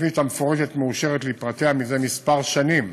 התוכנית המפורטת מאושרת לפרטיה זה כמה שנים.